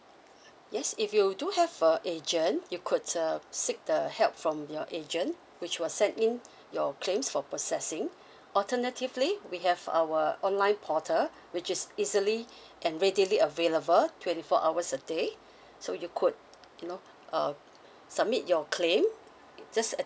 yes if you do have a agent you could uh seek the help from your agent which will send in your claims for processing alternatively we have our online portal which is easily and readily available twenty four hours a day so you could you know uh submit your claim just at~